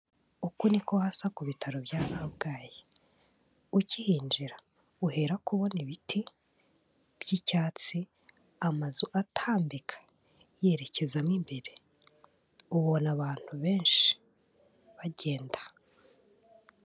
Uku ni ko hasa ku bitaro bya Kabgayi, ukihinjira uherako ubona ibiti by'icyatsi, amazu atambika yerekeza mo imbere, ubona abantu benshi bagenda.